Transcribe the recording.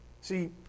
See